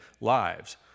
lives